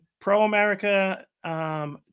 pro-America